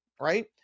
right